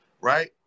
right